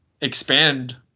expand